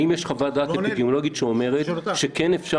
האם יש חוות דעת אפידמיולוגית שאומרת שאפשר